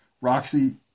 Roxy